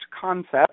concept